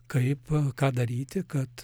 kaip ką daryti kad